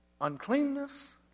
uncleanness